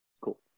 Cool